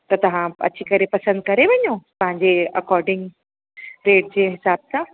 त तव्हां अची करे पसंदि करे वञो पंहिंजे अकॉडिंग रेट जे हिसाबु सां